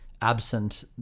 absent